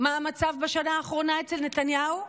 מה המצב בשנה האחרונה אצל נתניהו?